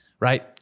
Right